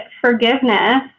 forgiveness